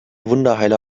wunderheiler